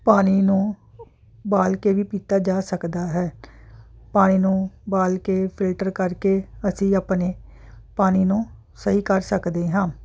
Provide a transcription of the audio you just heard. ਪਾਣੀ ਨੂੰ ਉਬਾਲ ਕੇ ਵੀ ਪੀਤਾ ਜਾ ਸਕਦਾ ਹੈ ਪਾਣੀ ਨੂੰ ਉਬਾਲ ਕੇ ਫਿਲਟਰ ਕਰਕੇ ਅਸੀਂ ਆਪਣੇ ਪਾਣੀ ਨੂੰ ਸਹੀ ਕਰ ਸਕਦੇ ਹਾਂ